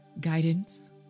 guidance